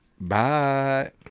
Bye